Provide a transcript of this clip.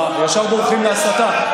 מה, ישר בורחים להסתה?